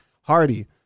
hardy